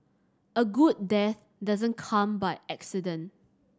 a good death doesn't come by accident